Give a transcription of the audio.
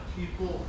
people